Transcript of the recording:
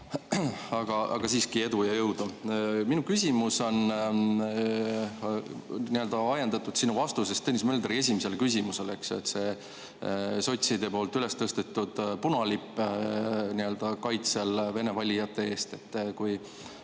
Aga siiski edu ja jõudu! Minu küsimus on ajendatud sinu vastusest Tõnis Möldri esimesele küsimusele. See sotside poolt üles tõstetud punalipp ja vene valijad selle